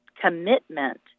commitment